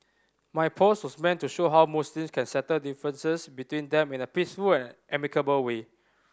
my posts meant to show how Muslims can settle differences between them in a peaceful and amicable way